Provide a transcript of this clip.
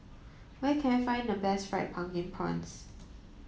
where can I find the best fried pumpkin prawns